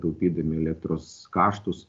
taupydami elektros kaštus